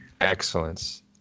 excellence